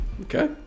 Okay